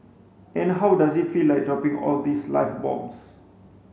and how does it feel like dropping all these live bombs